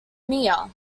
mia